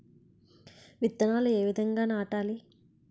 విత్తనాలు ఏ విధంగా నాటాలి?